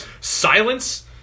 Silence